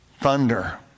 Thunder